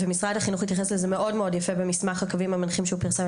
משרד החינוך התייחס לזה מאוד יפה במסמך הקווים המנחים שהוא פרסם,